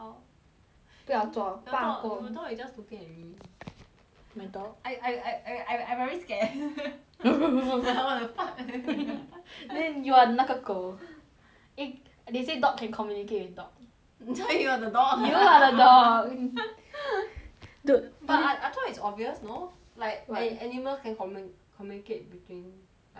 不要做大过 your dog your dog is just looking at me my dog I I I I I I very scared like what the fuck then you are 那个狗 eh they say dog can communicate with dog so you are the dog you are the dog dude but I I thought it's obvious no like a~ animals can commo~ communicate between like each other